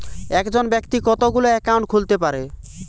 একজন ব্যাক্তি কতগুলো অ্যাকাউন্ট খুলতে পারে?